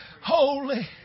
holy